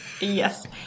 Yes